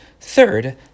Third